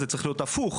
זה צריך להיות הפוך.